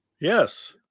Yes